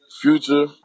Future